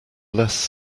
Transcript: less